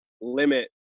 limit